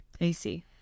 AC